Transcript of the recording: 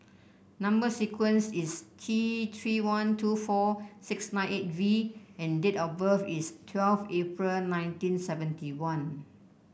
number sequence is T Three three one two four six nine eight V and date of birth is twelve April nineteen seventy one